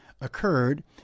occurred